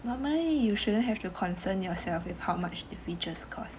normally you shouldn't have to concern yourself with how much the features cost